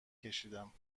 کشیدم